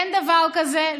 אין דבר כזה,